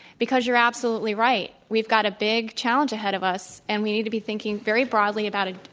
because you're absolutely right. we've got a big challenge ahead of us, and we need to be thinking very broadly about a